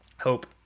Hope